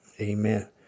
Amen